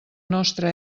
nostra